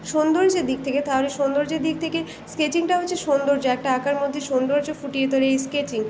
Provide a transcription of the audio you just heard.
সৌন্দর্যের দিক থেকে তাহলে সৌন্দর্যের দিক থেকে স্কেচিংটা হচ্ছে সৌন্দর্য একটা আঁকার মধ্যে সৌন্দর্য ফুটিয়ে তোলে এই স্কেচিং